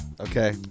Okay